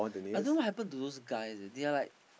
I don't know what happen to those guy eh they are like